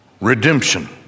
redemption